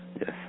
yes